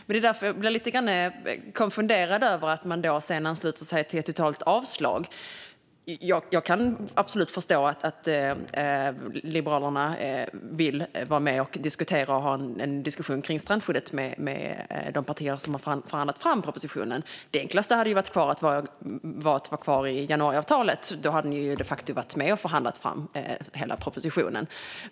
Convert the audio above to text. Det är därför jag blir lite konfunderad över att man sedan ansluter sig till ett totalt avslag. Jag kan absolut förstå att Liberalerna vill vara med och diskutera och ha en diskussion om strandskyddet med de partier som har förhandlat fram propositionen. Det enklaste hade varit att vara kvar i januariavtalet. Då hade ni de facto varit med och förhandlat fram hela propositionen.